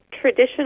traditional